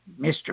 Mr